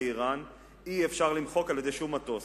אירן אי-אפשר למחוק על-ידי שום מטוס.